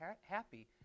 happy